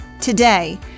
Today